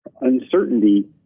uncertainty